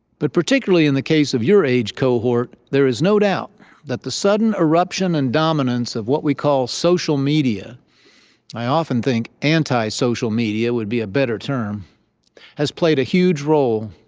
but particularly in the case of your age cohort, there is no doubt that the sudden eruption and dominance of what we call social media i often think anti-social media would be a better term has played a huge role.